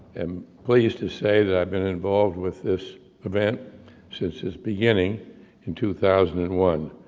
am pleased to say that i've been involved with this event since it's beginning in two thousand and one,